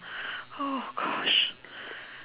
oh gosh